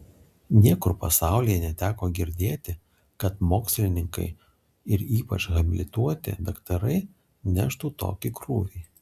niekur pasaulyje neteko girdėti kad mokslininkai ir ypač habilituoti daktarai neštų tokį krūvį